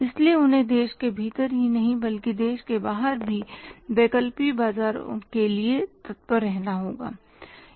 इसलिए उन्हें देश के भीतर ही नहीं बल्कि देश के बाहर भी वैकल्पिक बाजारों के लिए तत्पर रहना होगा